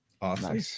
Awesome